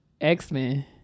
x-men